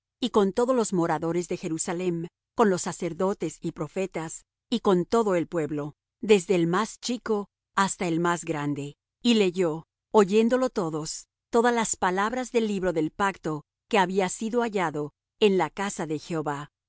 y con todos los moradores de jerusalem con los sacerdotes y profetas y con todo el pueblo desde el más chico hasta el más grande y leyó oyéndolo ellos todas las palabras del libro del pacto que había sido hallado en la casa de jehová